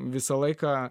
visą laiką